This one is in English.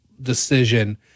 decision